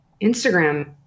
Instagram